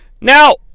Now